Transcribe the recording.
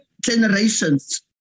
generations